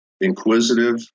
inquisitive